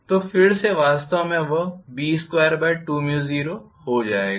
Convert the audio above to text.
तो फिर से वास्तव में वह B220 हो जाएगा